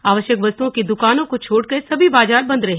आवश्यक वस्तुओं की दुकानों को छोड़कर सभी बाजार बंद रहे